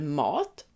mat